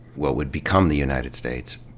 what wou ld become the united states,